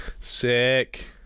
Sick